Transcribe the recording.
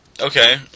Okay